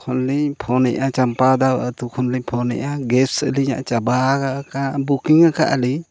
ᱠᱷᱚᱱ ᱞᱤᱧ ᱮᱫᱼᱟ ᱪᱟᱢᱯᱟᱫᱟ ᱟᱛᱳ ᱠᱷᱚᱱᱞᱤᱧ ᱮᱫᱟ ᱟᱹᱞᱤᱧᱟᱜ ᱪᱟᱵᱟ ᱟᱠᱟᱱ ᱟᱠᱟᱫ ᱟᱞᱤᱧ